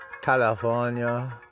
California